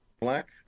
black